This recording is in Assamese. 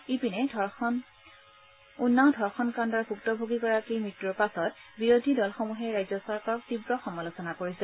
ইপিনে উন্নাও ধৰ্ষণ কাণুৰ ভুক্তভোগীগৰাকীৰ মৃত্যূৰ পাছত বিৰোধী দলসমূহে ৰাজ্য চৰকাৰক তীৱ সমালোচনা কৰিছে